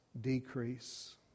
decrease